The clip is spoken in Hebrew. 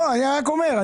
אני רק אומר.